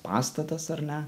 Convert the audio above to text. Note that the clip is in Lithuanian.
pastatas ar ne